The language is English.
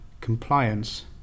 compliance